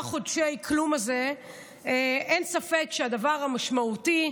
חמשת חודשי הכלום הזה אין ספק שהדבר המשמעותי,